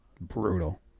brutal